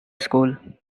school